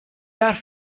حرف